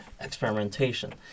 experimentation